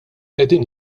qegħdin